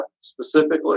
specifically